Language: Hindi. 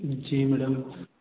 जी मैडम